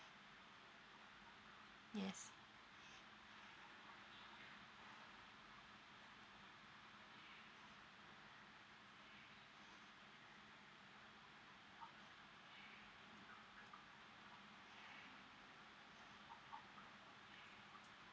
yes